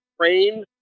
Train